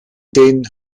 den